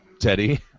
Teddy